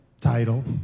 title